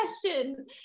question